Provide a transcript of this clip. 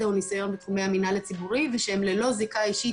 וניסיון בתחומי המינהל הציבורי ושהם ללא זיקה אישית,